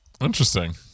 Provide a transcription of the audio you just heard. Interesting